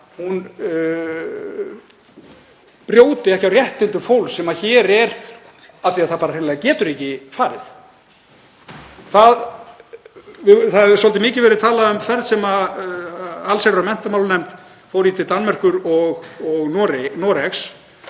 brjóti ekki á réttindum fólks sem er hérna af því að það hreinlega getur ekki farið. Það hefur svolítið mikið verið talað um ferð sem allsherjar- og menntamálanefnd fór til Danmerkur og Noregs.